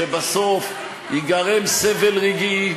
שבסוף ייגרם סבל רגעי,